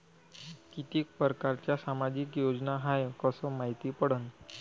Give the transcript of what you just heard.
कितीक परकारच्या सामाजिक योजना हाय कस मायती पडन?